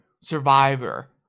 survivor